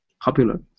popular